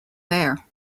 there